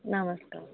నమస్కారం